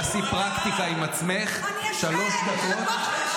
תעשי פרקטיקה עם עצמך, שלוש דקות.